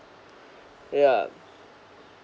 yeah